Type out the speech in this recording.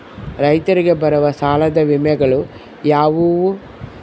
ರೈತರಿಗೆ ಬರುವ ಸಾಲದ ವಿಮೆಗಳು ಯಾವುವು?